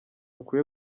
ukwiye